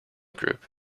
group